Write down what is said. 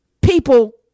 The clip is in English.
people